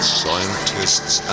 scientists